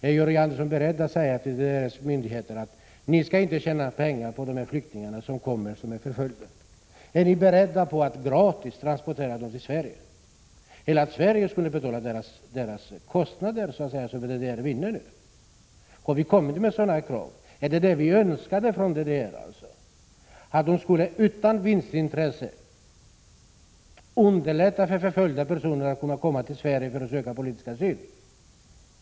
Är Georg Andersson beredd att säga till DDR-myndigheterna: Ni skall inte tjäna pengar på de flyktingar som kommer och som är förföljda? Är ni beredda att gratis transportera dem till Sverige eller att Sverige skulle betala kostnaderna för dem? Har vi kommit med sådana krav? Är det vad vi önskar från DDR, att de utan vinstintresse skulle underlätta för förföljda personer att komma till Sverige för att söka politisk asyl?